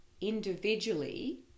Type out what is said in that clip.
individually